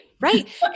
right